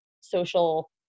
social